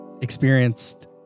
experienced